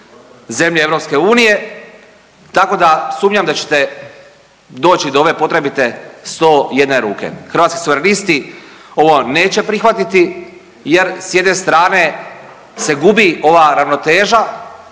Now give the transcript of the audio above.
zemlje EU tako da sumnjam da ćete doći do ove potrebite 101 ruke. Hrvatski suverenisti ovo vam neće prihvatiti jer s jedne strane se gubi ova ravnoteža